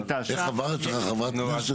איך עברה אצלך חברת כנסת ככה?